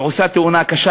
ועושה תאונה קשה,